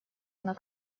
она